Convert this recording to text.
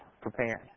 prepared